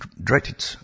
Directed